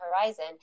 horizon